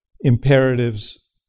imperatives